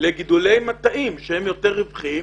לגידולי מטעים שהם יותר רווחיים.